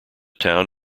town